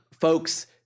folks